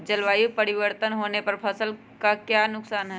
जलवायु परिवर्तन होने पर फसल का क्या नुकसान है?